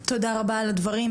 תודה רבה על הדברים,